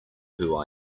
who